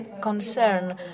concern